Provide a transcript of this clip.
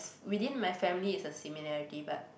within my family is a similarity but